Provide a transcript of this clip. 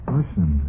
Listen